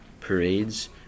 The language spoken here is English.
parades